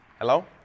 hello